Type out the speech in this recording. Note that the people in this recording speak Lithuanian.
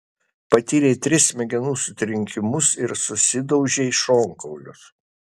patyrei tris smegenų sutrenkimus ir susidaužei šonkaulius